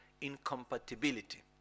incompatibility